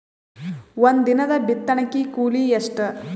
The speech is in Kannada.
ಒಂದಿನದ ಬಿತ್ತಣಕಿ ಕೂಲಿ ಎಷ್ಟ?